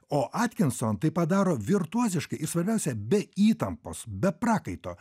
o atkinson tai padaro virtuoziškai ir svarbiausia be įtampos be prakaito